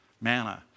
manna